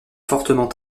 fortement